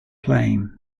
plain